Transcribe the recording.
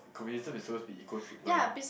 communism is suppose to be equal treatment